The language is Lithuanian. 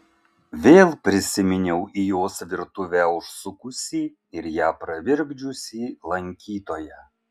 vėl prisiminiau į jos virtuvę užsukusį ir ją pravirkdžiusį lankytoją